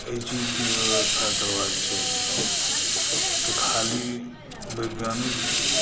तऽ एहि चीज के कम सँ कम व्यवस्था करबाक चाही तऽ खाली